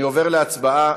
אני עובר להצבעה.